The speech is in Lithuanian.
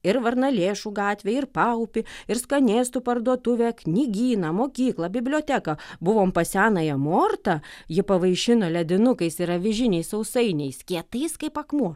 ir varnalėšų gatvę ir paupį ir skanėstų parduotuvę knygyną mokyklą biblioteką buvom pas senąją mortą ji pavaišino ledinukais ir avižiniais sausainiais kietais kaip akmuo